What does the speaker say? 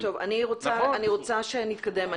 טוב, אני רוצה שנתקדם.